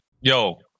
yo